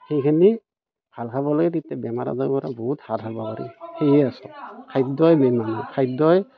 সেইখিনি ভাল খাব লাগে তেতিয়া বেমাৰ আজাৰৰ পৰা বহুত হাত সাৰিব পাৰি সেয়ে আছে খাদ্য়ই বেমাৰ খাদ্য়ই